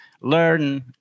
learn